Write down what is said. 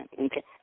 Okay